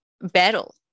battle